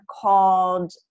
called